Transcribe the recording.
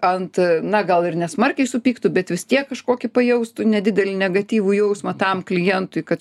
ant na gal ir nesmarkiai supyktų bet vis tiek kažkokį pajaustų nedidelį negatyvų jausmą tam klientui kad